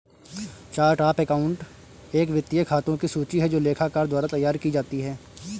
chart of account एक वित्तीय खातों की सूची है जो लेखाकार द्वारा तैयार की जाती है